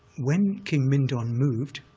when king mindon moved,